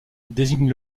désigne